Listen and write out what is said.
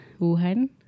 Wuhan